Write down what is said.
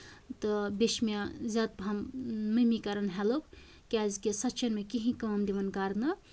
تہٕ بیٚیہِ چھِ مےٚ زیادٕ پَہم مٔمی کران ہٮ۪لٔپ کیازِ کہِ سۄ چھےٚ نہٕ مےٚ کِہیٖنۍ کٲم دِوان کرنہٕ